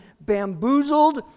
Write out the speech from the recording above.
bamboozled